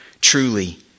truly